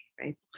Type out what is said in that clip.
right